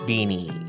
Beanie